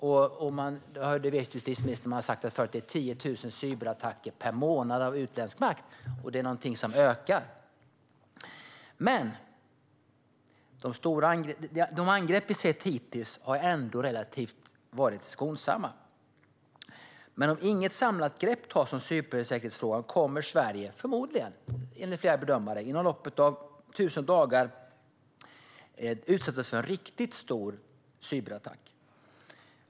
Ministern vet ju att man har sagt att det är 10 000 cyberattacker av utländsk makt per månad och att det ökar. De angrepp vi sett hittills har ändå varit relativt skonsamma. Men om inget samlat grepp tas om cybersäkerhetsfrågan kommer Sverige, enligt flera bedömare, förmodligen inom loppet av 1 000 dagar att utsättas för en riktigt stor cyberattack.